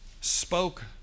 spoke